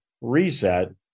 reset